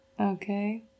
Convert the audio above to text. Okay